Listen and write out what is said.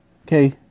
okay